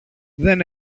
δεν